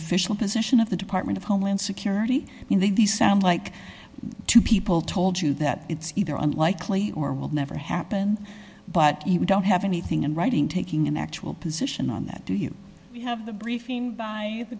official position of the department of homeland security in these sound like two people told you that it's either unlikely or will never happen but you don't have anything in writing taking an actual position on that do you have the briefing by the